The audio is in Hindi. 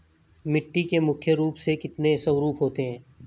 मिट्टी के मुख्य रूप से कितने स्वरूप होते हैं?